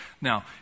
Now